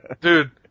Dude